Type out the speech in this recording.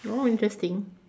oh interesting